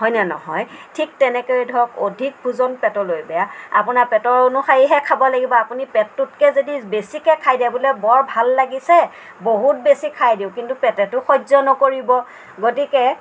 হয়নে নহয় ঠিক তেনেকৈ ধৰক অধিক ভোজন পেটলৈ বেয়া আপোনাৰ পেটৰ অনুসৰিহে খাব লাগিব আপুনি পেটটোতকৈ যদি বেছিকৈ খাই দিয়ে বোলে বৰ ভাল লাগিছে বহুত বেছি খাই দিওঁ কিন্তু পেটেতো সহ্য নকৰিব গতিকে